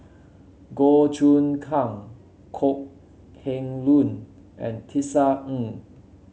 Goh Choon Kang Kok Heng Leun and Tisa Ng